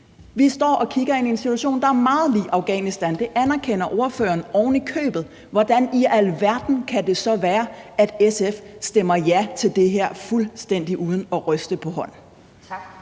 Vi står og kigger ind i en situation, der er meget lig Afghanistan – det anerkender ordføreren ovenikøbet – hvordan i alverden kan det så være, at SF stemmer ja til det her fuldstændig uden at ryste på hånden?